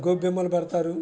గోబెమ్మలు పేడతారు